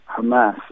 Hamas